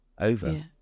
over